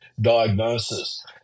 diagnosis